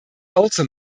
also